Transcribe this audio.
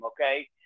okay